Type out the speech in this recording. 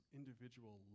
individual